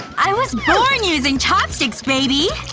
i was born using chopsticks, baby!